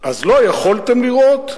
אז לא יכולתם לראות.